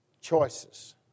choices